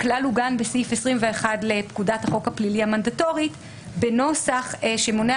הכלל עוגן בסעיף 21 לפקודת החוק הפלילי המנדטורי בנוסח שמונע